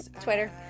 twitter